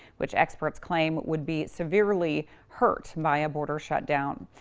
which experts claim would be severely hurt by a border shut down.